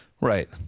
Right